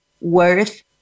worth